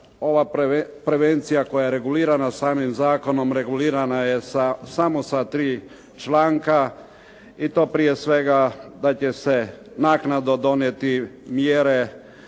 ova prevencija koja je regulirana samim zakonom regulirana je samo sa 3 članka i to prije svega da će se naknadno donijeti mjere